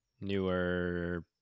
newer